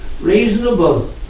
reasonable